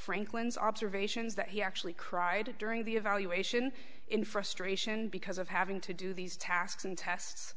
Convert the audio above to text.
franklin's observations that he actually cried during the evaluation in frustration because of having to do these tasks and tests